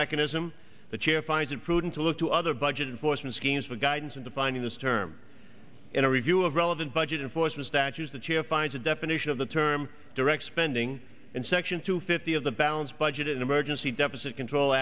mechanism the chair finds it prudent to look to other budget and forstmann schemes for guidance in defining this term in a review of relevant budget unfortunate statues the chair finds a definition of the term direct spending in section two fifty of the balanced budget emergency deficit control